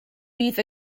bydd